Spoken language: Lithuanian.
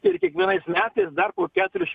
ir kiekvienais metais dar keturis